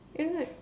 isn't it